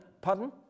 Pardon